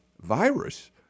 virus